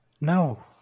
No